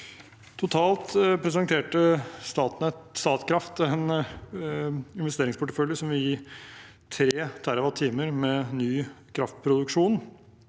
Totalt presenterte Statkraft en investeringsportefølje som vil gi 3 TWh med ny kraftproduksjon,